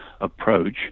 approach